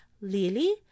Lily